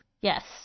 yes